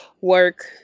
work